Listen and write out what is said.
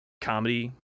comedy